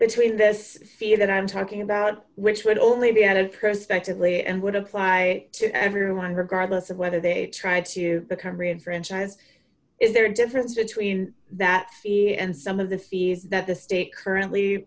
between this fee that i'm talking about which would only be out of prespective lee and would apply to everyone regardless of whether they tried to korean franchise is there a difference between that he and some of the fees that the state currently